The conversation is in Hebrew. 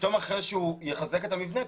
ופתאום אחרי שיחזק את המבנה,